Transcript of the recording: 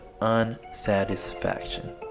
unsatisfaction